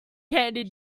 candy